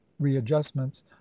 readjustments